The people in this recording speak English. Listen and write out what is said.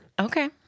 Okay